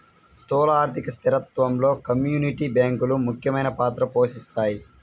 స్థూల ఆర్థిక స్థిరత్వంలో కమ్యూనిటీ బ్యాంకులు ముఖ్యమైన పాత్ర పోషిస్తాయి